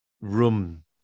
room